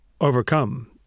overcome